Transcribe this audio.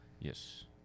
Yes